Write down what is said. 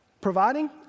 providing